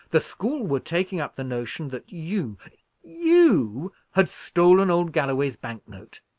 the school were taking up the notion that you you had stolen old galloway's bank-note.